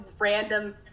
random